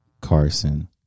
Carson